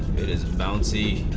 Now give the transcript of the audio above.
is bouncing,